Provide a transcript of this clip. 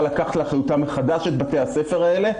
לקחת על אחריותה מחדש את בתי הספר האלה,